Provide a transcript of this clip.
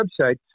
website